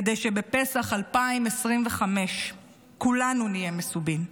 כדי שבפסח 2025 כולנו נהיה מסובין,